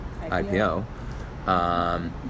IPO